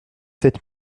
sept